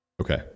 Okay